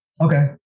Okay